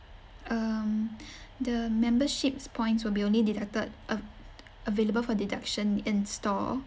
um the memberships points will be only deducted av~ available for deduction in store